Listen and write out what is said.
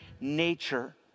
nature